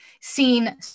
seen